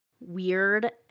weird